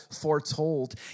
foretold